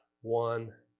one